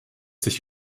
sich